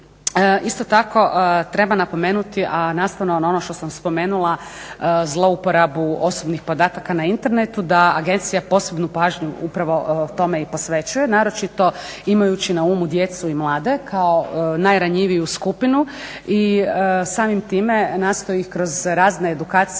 Isto tako, treba napomenuti a nastavno na ono što sam spomenula zlouporabu osobnih podataka na internetu, da Agencija posebnu pažnju upravo tome i posvećuje naročito imajući na umu djecu i mlade kao najranjiviju skupinu. I samim time nastoji ih kroz razne edukacije